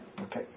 Okay